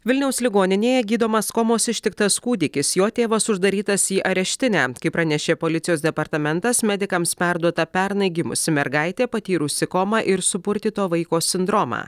vilniaus ligoninėje gydomas komos ištiktas kūdikis jo tėvas uždarytas į areštinę kaip pranešė policijos departamentas medikams perduota pernai gimusi mergaitė patyrusi komą ir supurtyto vaiko sindromą